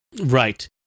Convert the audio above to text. Right